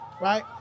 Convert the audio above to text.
right